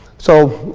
so,